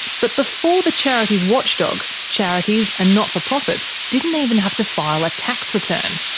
but before the charities watchdog, charities and not-for-profits didn't even have to file a tax return.